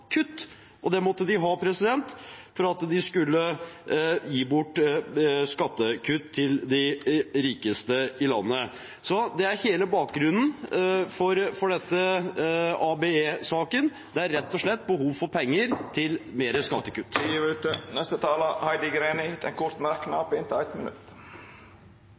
kutt! Og det måtte de ha for at de skulle gi bort skattekutt til de rikeste i landet. Det er hele bakgrunnen for denne ABE-saken, rett og slett behov for penger til mer skattekutt. Representanten Heidi Greni har hatt ordet to gonger tidlegare og får ordet til ein kort merknad, avgrensa til 1 minutt.